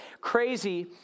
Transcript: Crazy